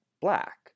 black